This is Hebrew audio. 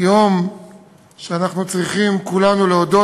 יום שבו אנחנו צריכים כולנו להודות